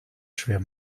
schwer